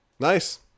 nice